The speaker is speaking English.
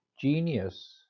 genius